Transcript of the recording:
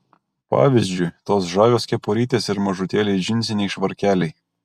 pavyzdžiui tos žavios kepurytės ir mažutėliai džinsiniai švarkeliai